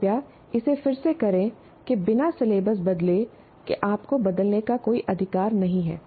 कृपया इसे फिर से करें कि बिना सिलेबस बदले कि आपको बदलने का कोई अधिकार नहीं है